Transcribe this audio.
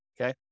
Okay